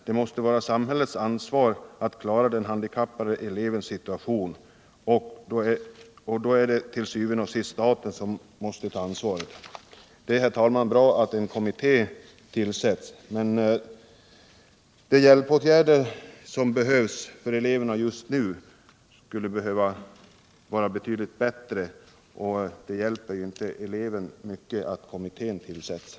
Det måste vara samhällets ansvar att klara den handikappade elevens situation, och då är det til syvende og sidst staten som måste ta ansvaret. Det är, herr talman, bra att en kommitté tillsätts för att se på problemet. Men betydligt bättre hjälpåtgärder behöver vidtas för eleverna just nu, och det hjälper ju inte eleverna mycket att man tillsätter den här kommittén.